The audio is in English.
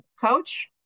coach